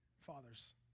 fathers